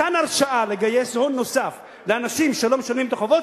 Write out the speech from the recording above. מתן הרשאה לגייס הון נוסף לאנשים שלא משלמים את החובות